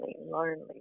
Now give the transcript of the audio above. lonely